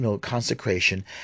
consecration